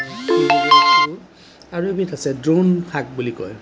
আৰু এবিধ আছে দুৰুণ শাক বুলি কয়